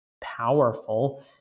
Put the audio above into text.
powerful